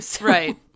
Right